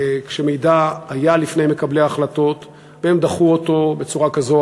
כשהיה מידע לפני מקבלי ההחלטות והם דחו אותו בצורה כזאת או